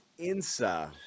INSA